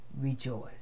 rejoice